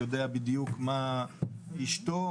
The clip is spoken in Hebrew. יודע בדיוק מה אשתו,